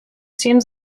seems